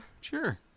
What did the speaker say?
Sure